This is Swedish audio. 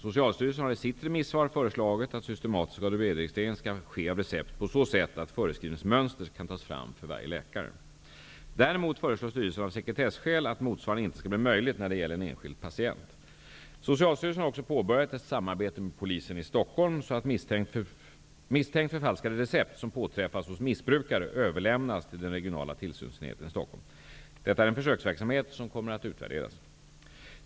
Socialstyrelsen har i sitt remissvar föreslagit att systematisk ADB registrering skall ske av recept på så sätt att förskrivningsmönster kan tas fram för varje läkare. Däremot föreslår styrelsen av sekretesskäl att motsvarande inte skall bli möjligt när det gäller en enskild patient. Socialstyrelsen har också påbörjat ett samarbete med polisen i Stockholm, så att misstänkt förfalskade recept som påträffas hos missbrukare överlämnas till den regionala tillsynsenheten i Stockholm. Detta är en försöksverksamhet som kommer att utvärderas.